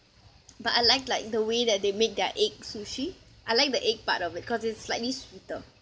but I like like the way that they make their egg sushi I like the egg part of it cause it's slightly sweeter